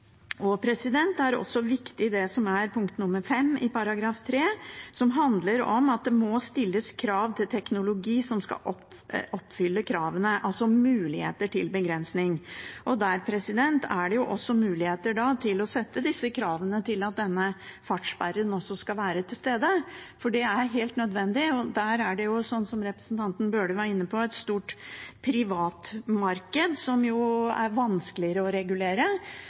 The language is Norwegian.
Det er også viktig, det som er punkt 5 i § 3, som handler om at det må stilles krav til teknologi og oppfyllelse av krav, altså muligheter til begrensning. Der er det da muligheter til å sette krav om at denne fartssperren også skal være til stede. Det er helt nødvendig. Det er, som representanten Bøhler var inne på, et stort privatmarked, som er vanskeligere å regulere.